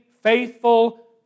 faithful